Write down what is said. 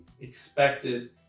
expected